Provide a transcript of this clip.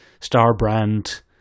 Starbrand